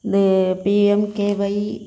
P M K Y